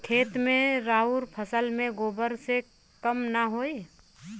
खेत मे अउर फसल मे गोबर से कम ना होई?